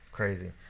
Crazy